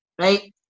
Right